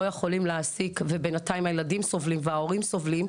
יכולים להעסיק אז ההורים והילדים סובלים,